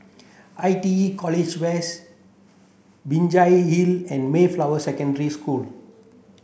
I T E College West Binjai Hill and Mayflower Secondary School